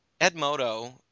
edmodo